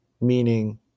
meaning